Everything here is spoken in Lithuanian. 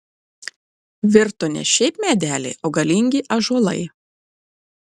virto ne šiaip medeliai o galingi ąžuolai